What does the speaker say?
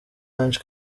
ange